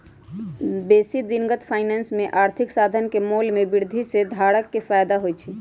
बेशी दिनगत फाइनेंस में आर्थिक साधन के मोल में वृद्धि से धारक के फयदा होइ छइ